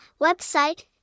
Website